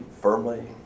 firmly